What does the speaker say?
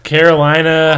Carolina